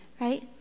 Right